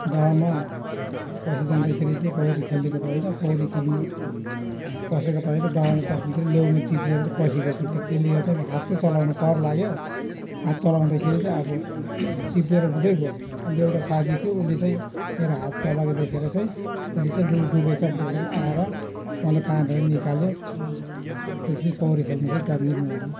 दहमा पसिजाँदाखेरि चाहिँ पौडी खेलेको त होइन पौडी खेल्नु पसेको त होइन दहमा पस्दाखेरि लेउमा चिप्लेर चाहिँ पसिगयो भित्र त्यसले गर्दा हात चाहिँ चलाउनु कर लाग्यो हात चलाउदाखेरि चाहिँ अब चिप्लेर उँधै गयो अन्त एउटा साथी थियो उसले चाहिँ मेरो हात चलाएको देखेर चाहिँ उसले चाहिँ लु डुबेछ भनेर आएर मलाई तानेर निकाल्यो त्यति पौडी खेल्नु चाहिँ जान्दिनँ म